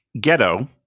Ghetto